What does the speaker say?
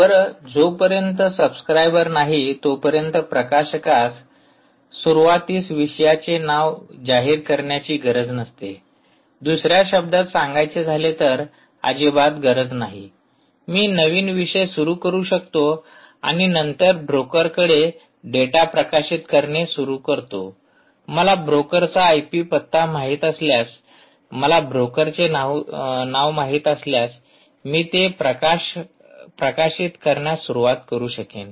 बरं जोपर्यंत सब्सक्राइबर नाही तोपर्यंत प्रकाशकास सुरुवातीस विषयाचे नाव जाहीर करण्याची गरज नसते दुसर्या शब्दांत सांगायचे झाले तर अजिबात गरज नाही मी नवीन विषय सुरू करू शकतो आणि नंतर ब्रोकरकडे डेटा प्रकाशित करणे सुरू करतो मला ब्रोकरचा आय पी पत्ता माहित असल्यास मला ब्रोकरचे नाव माहित असल्यास मी ते प्रकाशित करण्यास सुरूवात करू शकेन